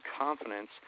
confidence